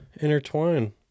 intertwine